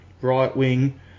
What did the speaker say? Right-wing